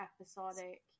episodic